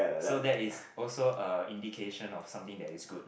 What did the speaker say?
so that is also a indication of something that is good